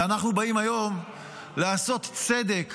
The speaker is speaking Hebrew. ואנחנו באים היום לעשות צדק